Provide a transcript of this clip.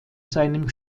seinem